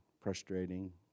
frustrating